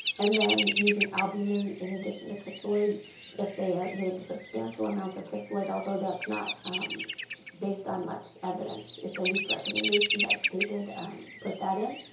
and then using albumin in addition to crystalloid if they aren't getting substantial amounts of crystalloid although that's not based on much evidence, it's a weak recommendation, but they did put that in.